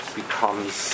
becomes